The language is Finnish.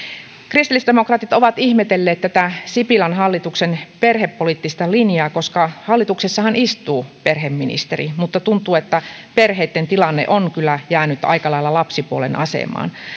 kristillisdemokraatit ovat ihmetelleet sipilän hallituksen perhepoliittista linjaa koska hallituksessahan istuu perheministeri mutta tuntuu että perheitten tilanne on kyllä jäänyt aika lailla lapsipuolen asemaan